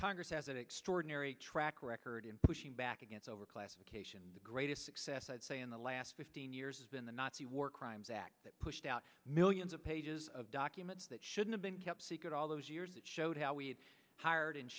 congress as an extraordinary track record in pushing back against overclassification the greatest success i'd say in the last fifteen years has been the nazi war crimes act that pushed out millions of pages of documents that should have been kept secret all those years that showed how we had hired and